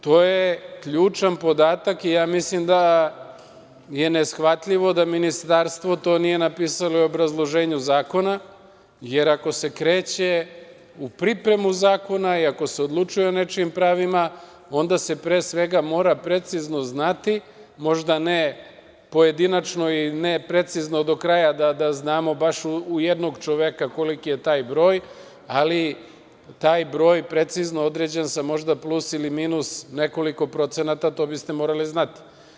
To je ključan podatak i mislim da je neshvatljivo da ministarstvo to nije napisalo i u obrazloženju zakona, jer ako se kreće u pripremu zakona i ako se odlučuje o nečijim pravima, onda se pre svega mora precizno znati, možda ne pojedinačno i ne precizno do kraja, da znamo baš u jednog čoveka koliki je taj broj, ali taj broj precizno određen sa možda plus ili minus nekoliko procenata, to biste morali znati.